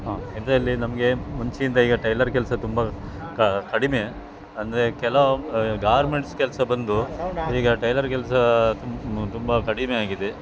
ಇದರಲ್ಲಿ ನಮಗೆ ಮುಂಚೆಗಿಂತ ಈಗ ಟೈಲರ್ ಕೆಲಸ ತುಂಬ ಕಡಿಮೆ ಅಂದರೆ ಕೆಲವು ಗಾರ್ಮೆಂಟ್ಸ್ ಕೆಲಸ ಬಂದು ಇದೀಗ ಟೈಲರ್ ಕೆಲಸ ತುಂ ತುಂಬ ಕಡಿಮೆ ಆಗಿದೆ